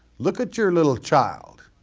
look at your little child.